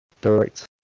direct